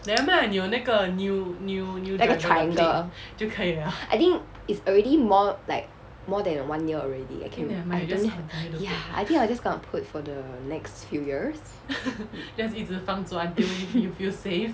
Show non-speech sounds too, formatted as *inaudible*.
那个 triangle I think it's already more like more than one year already I can I just ya I just gonna put for the next few years *laughs*